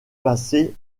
passer